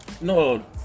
No